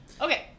Okay